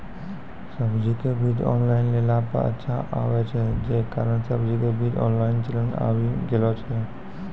सब्जी के बीज ऑनलाइन लेला पे अच्छा आवे छै, जे कारण सब्जी के बीज ऑनलाइन चलन आवी गेलौ छै?